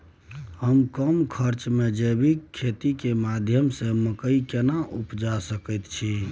हम कम खर्च में जैविक खेती के माध्यम से मकई केना उपजा सकेत छी?